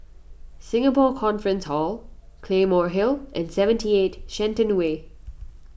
Singapore Conference Hall Claymore Hill and seventy eight Shenton Way